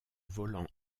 volant